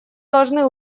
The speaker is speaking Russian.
должны